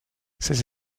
ces